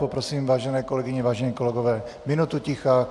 Poprosím tedy, vážené kolegyně, vážení kolegové, minutu ticha.